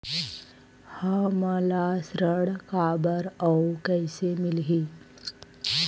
हमला ऋण काबर अउ कइसे मिलही?